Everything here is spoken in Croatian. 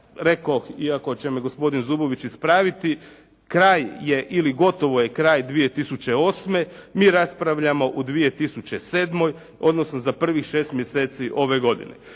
rekoh, iako će me gospodin Zubović ispraviti, kraj je ili gotovo je kraj 2008. Mi raspravljamo o 2007., odnosno za prvih 6 mjeseci ove godine.